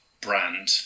brand